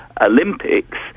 olympics